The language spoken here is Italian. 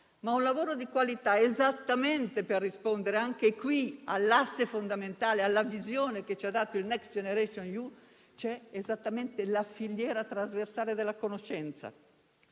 creare lavoro di qualità. Ma anche qui, per rispondere all'asse fondamentale e alla visione che ci ha dato il Next generation EU, c'è esattamente la filiera trasversale della conoscenza,